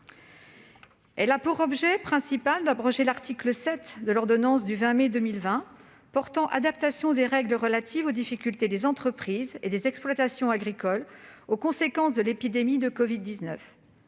les entreprises durant la crise sanitaire, une ordonnance du 20 mai 2020 portant adaptation des règles relatives aux difficultés des entreprises et des exploitations agricoles aux conséquences de l'épidémie de covid-19